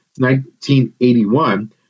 1981